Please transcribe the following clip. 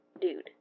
Dude